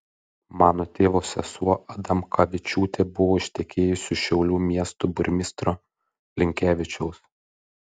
mano tėvo sesuo adamkavičiūtė buvo ištekėjusi už šiaulių miesto burmistro linkevičiaus